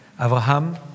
Abraham